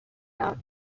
out